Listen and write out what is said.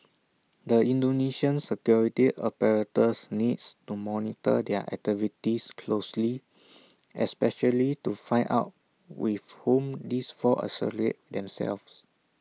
the Indonesian security apparatus needs to monitor their activities closely especially to find out with whom these four themselves